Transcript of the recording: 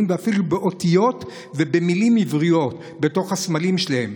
ואפילו באותיות ובמילים עבריות בתוך הסמלים שלהן.